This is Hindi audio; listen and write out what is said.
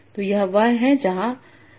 तो यह वह जगह है जहाँ सूत्रीकरण है